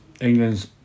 England's